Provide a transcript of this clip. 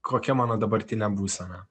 kokia mano dabartinė būsena